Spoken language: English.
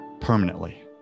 permanently